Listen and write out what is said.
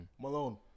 Malone